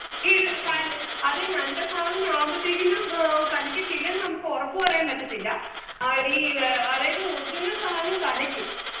ഇല്ല അതെ നല്ല സാധനം ആവുമ്പഴത്തേക്കിനും കനയ്ക്കത്തില്ലന്ന് നമുക്ക് ഉറപ്പ് പറയാന് പറ്റത്തില്ല ഈ അതായത് ഒറിജിനല് സാധനം കനയ്ക്കും